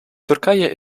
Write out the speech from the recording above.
turkije